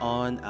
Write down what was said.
on